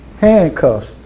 handcuffs